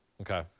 Okay